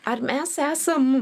ar mes esam